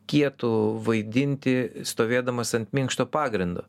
kietu vaidinti stovėdamas ant minkšto pagrindo